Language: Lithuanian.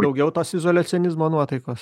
daugiau tos izoliacionizmo nuotaikos